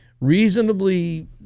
reasonably